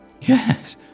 Yes